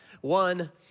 one